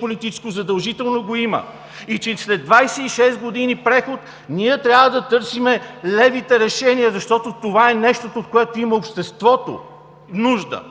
политическо решение задължително го има. И че след 26 години преход ние трябва да търсим левите решения, защото това е нещото, от което обществото има нужда.